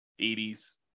80s